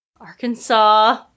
Arkansas